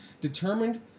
determined